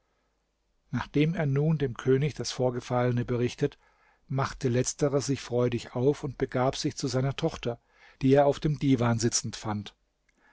nachdem er nun dem könig das vorgefallene berichtet machte letzterer sich freudig auf und begab sich zu seiner tochter die er auf dem divan sitzend fand